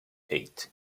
eight